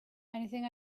anything